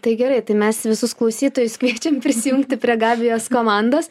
tai gerai tai mes visus klausytojus kviečiam prisijungti prie gabijos komandos